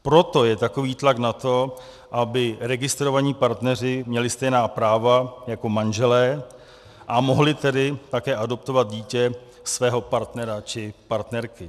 Proto je takový tlak na to, aby registrovaní partneři měli stejná práva jako manželé, a mohli tedy také adoptovat dítě svého partnera či partnerky.